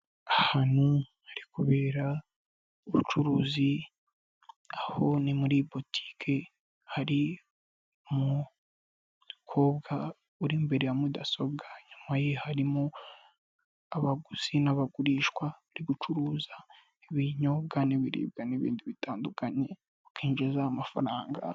Ahantu hari kubera ubucuruzi, aho ni muri botiki hari umukobwa uri imbere ya mudasobwa, inyuma ye harimo abaguzi n'abagurisha, bari gucuruza ibinyobwa n'ibiribwa n'ibindi bitandukanye bakinjiza amafaranga.